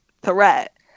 threat